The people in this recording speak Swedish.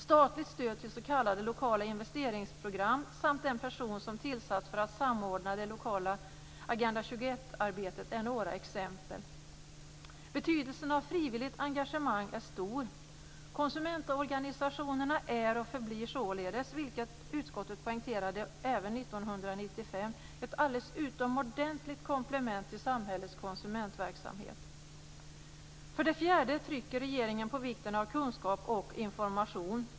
Statligt stöd till s.k. lokala investeringsprogram samt den person som tillsatts för att samordna det lokala Agenda 21-arbetet är några exempel. Betydelsen av frivilligt engagemang är stor. Konsumentorganisationerna är och förblir således, vilket utskottet poängterade även 1995, ett alldeles utomordentligt komplement till samhällets konsumentverksamhet. För det fjärde trycker regeringen på vikten av kunskap och information.